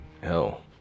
hell